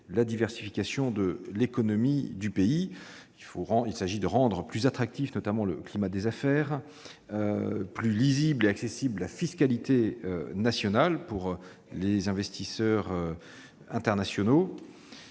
la diversification de l'économie de son pays. Il s'agit de rendre plus attractif le climat des affaires, plus lisible et accessible la fiscalité nationale, pour les investisseurs internationaux.